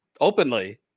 openly